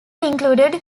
included